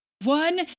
one